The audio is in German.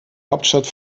hauptstadt